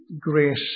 grace